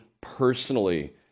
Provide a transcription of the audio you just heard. personally